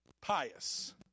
pious